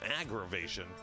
aggravation